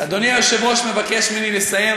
אדוני היושב-ראש מבקש ממני לסיים.